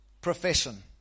Profession